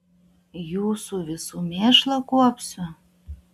jūsų visų mėšlą kuopsiu